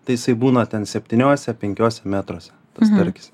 tai jisai būna ten septyniuose penkiuose metruose tas starkis